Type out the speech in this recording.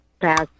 Pass